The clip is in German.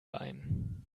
ein